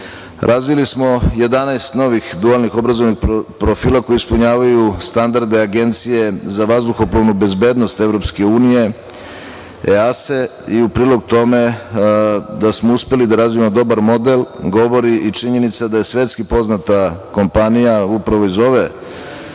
Razvili smo 11 novih dualnih obrazovnih profila koji ispunjavaju standarde Agencija za vazduhoplovnu bezbednost Evropske unije EASE.U prilog tome da smo uspeli da razvijamo dobar model govori i činjenica da je svetski poznata kompanija, upravo iz ove